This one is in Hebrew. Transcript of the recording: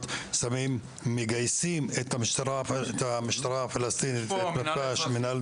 ומגייסים את המשטרה הפלסטינית ואת המתפ"ש?